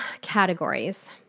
categories